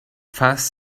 fast